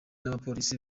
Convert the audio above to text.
n’abapolisi